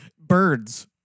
birds